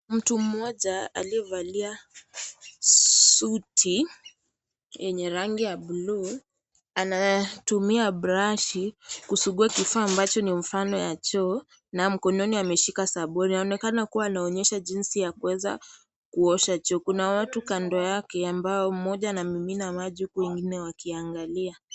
Mtu mmoja aliyevalia suti yenye rangi ya bluu. Anatumia brashi kusugua kifaa ambacho ni mfano ya choo na mkononi ameshika sabuni. Yaonekana kuwa anaonyesha jinsi ya kuosha choo. Kuna watu kando yake ambao mmoja anamimina maji huku wengine wakiangalia.